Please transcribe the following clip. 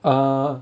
uh